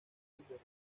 verdadero